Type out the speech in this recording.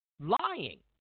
lying